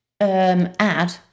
add